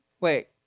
wait